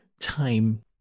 time